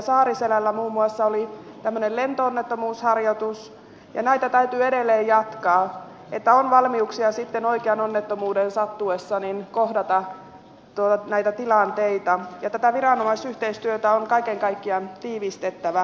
saariselällä muun muassa oli lento onnettomuusharjoitus ja näitä täytyy edelleen jatkaa että on valmiuksia sitten oikean onnettomuuden sattuessa kohdata näitä tilanteita ja tätä viranomaisyhteistyötä on kaiken kaikkiaan tiivistettävä edelleen